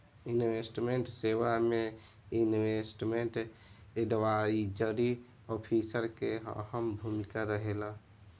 investment सेवा में investment advisory officer के अहम भूमिका रहेला